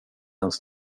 ens